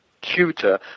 cuter